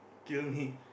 kill me